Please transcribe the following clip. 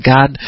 God